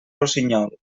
rossinyol